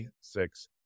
six